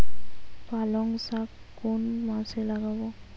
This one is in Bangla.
পালংশাক কোন মাসে লাগাব?